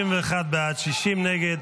בעד, 60 נגד.